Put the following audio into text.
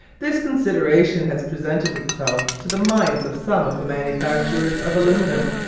this consideration has presented itself to the minds of some of the manufacturers of aluminium,